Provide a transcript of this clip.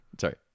sorry